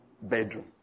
bedroom